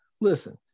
listen